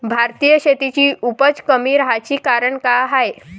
भारतीय शेतीची उपज कमी राहाची कारन का हाय?